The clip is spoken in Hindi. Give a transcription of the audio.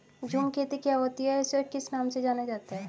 झूम खेती क्या होती है इसे और किस नाम से जाना जाता है?